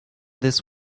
this